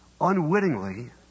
Unwittingly